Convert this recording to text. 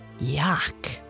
Yuck